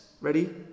ready